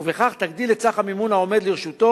ובכך תגדיל את סך המימון העומד לרשותו